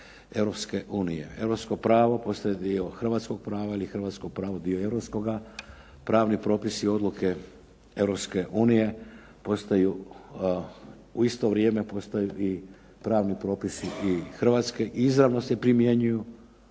Europske unije. Europsko pravo postaje dio hrvatskog prava ili hrvatski dio postaje europskoga, pravni propisi i odluke Europske unije postaju u isto vrijeme postaju i pravni propisi i Hrvatske i izravno se primjenjuju.